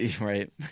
Right